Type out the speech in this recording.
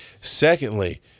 Secondly